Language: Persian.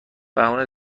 بهونه